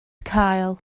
cael